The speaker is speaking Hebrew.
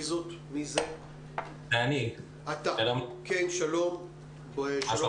אני חייב להגיד לך שבכובעי השני אני גם חלק